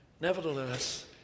Nevertheless